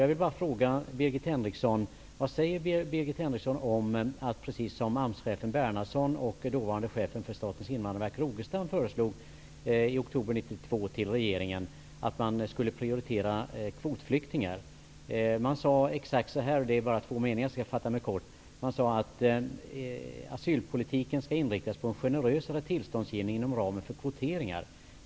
Jag vill bara fråga Birgit Henriksson: Vad säger Birgit Henriksson om att prioritera kvotflyktingar som AMS-chefen Bernhardsson och dåvarande chefen för Statens invandrarverk Rogestam föreslog regeringen i oktober 1992? De sade: Asylpolitiken skall inriktas på en generösare tillståndsgivning inom ramen för kvoteringar.